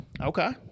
Okay